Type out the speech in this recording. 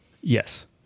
Yes